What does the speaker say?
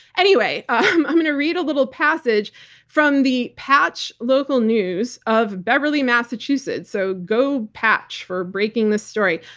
anyway, um i'm going to read a little passage from the patch local news of beverly, massachusetts. so, go patch for breaking the story.